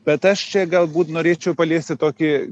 bet aš čia galbūt norėčiau paliesti tokį